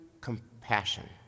compassion